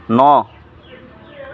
ন